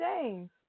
James